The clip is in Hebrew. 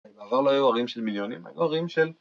‫בעבר לא היו הורים של מיליונים, ‫היו הורים של...